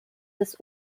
des